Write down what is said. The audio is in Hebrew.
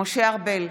משה ארבל,